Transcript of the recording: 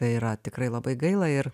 tai yra tikrai labai gaila ir